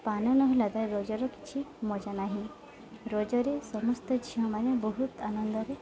ପାନ ନହେଲା ତାହେଲେ ରଜର କିଛି ମଜା ନାହିଁ ରଜରେ ସମସ୍ତ ଝିଅମାନେ ବହୁତ ଆନନ୍ଦରେ